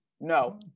No